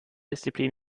disziplin